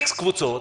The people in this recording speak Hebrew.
איקס קבוצות,